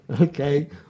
okay